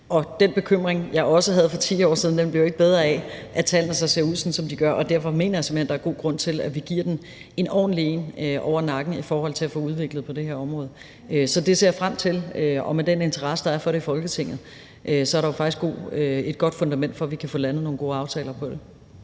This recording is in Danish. Den bekymring, jeg også havde for 10 år siden, bliver jo ikke bedre af, at tallene så ser ud, som de gør, og derfor mener jeg simpelt hen, at der er god grund til, at vi giver den en ordentlig en over nakken i forhold til at få udviklet på det her område. Så det ser jeg frem til, og med den interesse, der er for det i Folketinget, er der jo faktisk et godt fundament for, at vi kan få landet nogle gode aftaler om det.